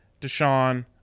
Deshaun